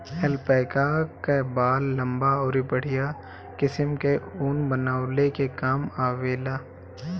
alpaca कअ बाल लंबा अउरी बढ़िया किसिम कअ ऊन बनवले के काम आवेला